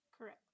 Correct